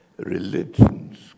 religions